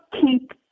keep